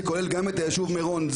שכולל גם את היישוב מירון.